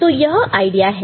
तो यह आइडिया है